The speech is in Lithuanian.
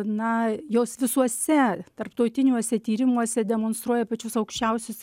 na jos visuose tarptautiniuose tyrimuose demonstruoja pačius aukščiausius